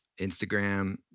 Instagram